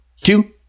two